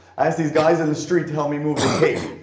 i asked these guys in the street to help me move the cake.